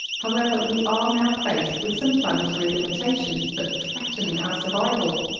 however, we are now faced with some planetary limitations that threaten our survival.